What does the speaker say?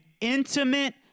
intimate